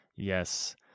Yes